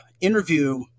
interview